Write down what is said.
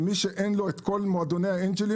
למי שאין לו את כל מועדוני האנג'לים,